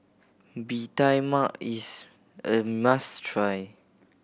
Bee Tai Mak is a must try